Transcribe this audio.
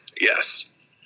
Yes